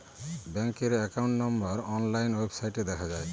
ব্যাঙ্কের account number online ওয়েবসাইটে দেখা যায়